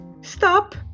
stop